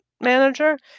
manager